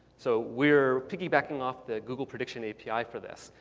so we're piggybacking off the google prediction api for this.